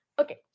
okay